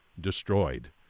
destroyed